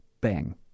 Bang